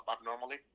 abnormally